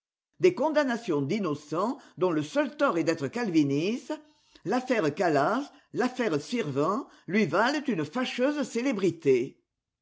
des condamnations d'innocents dont le seul tort est d'être calvinistes l'affaire calas l'affaire sirven lui valent une fâcheuse célébrité